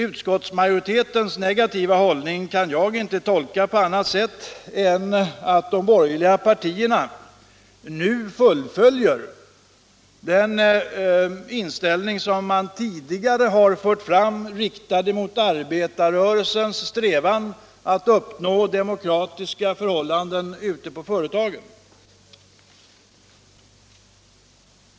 Utskottsmajoritetens negativa hållning kan jag inte tolka på annat sätt än så att de borgerliga partierna nu vidhåller den inställning man tidigare ådagalagt till arbetarrörelsens strävan att uppnå demokratiska förhållanden på företagen.